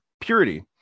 purity